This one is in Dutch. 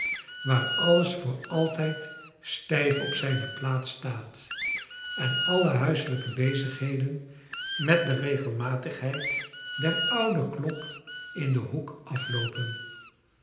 waar alles voor altijd stijf op zijne plaats staat en alle huiselijke bezigheden met de regelmatigheid der oude klok in den hoek afloopen